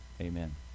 Amen